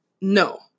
No